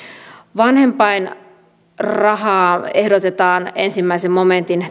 vanhempainrahaa ehdotetaan ensimmäisen momentin